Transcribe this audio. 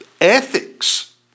ethics